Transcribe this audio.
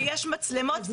ויש מצלמות,